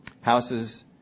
houses